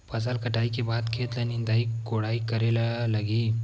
फसल कटाई के बाद खेत ल निंदाई कोडाई करेला लगही?